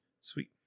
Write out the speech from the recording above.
Sweet